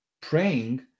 praying